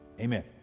amen